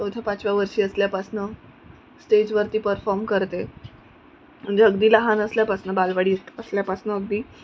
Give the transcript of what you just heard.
चौथ्या पाचव्या वर्षी असल्यापासून स्टेजवरती परफॉर्म करते म्हणजे अगदी लहान असल्यापासून बालवाडीत असल्यापासून अगदी